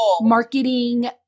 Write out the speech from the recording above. marketing